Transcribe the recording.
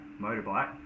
motorbike